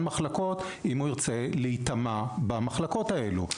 מחלקות אם הוא ירצה להיטמע במחלקות האלה.